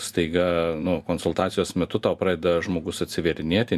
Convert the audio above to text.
staiga nu konsultacijos metu tau pradeda žmogus atsivėrinėti